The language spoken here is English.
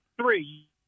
three